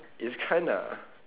it's kinda